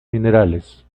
minerales